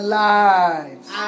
lives